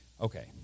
Okay